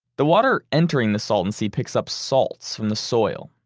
the water entering the salton sea picks up salts from the soil,